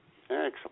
Excellent